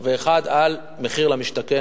ואחד על מחיר למשתכן,